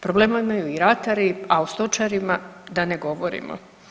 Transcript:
Problema imaju i ratari, a o stočarima da i ne govorimo.